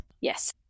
yes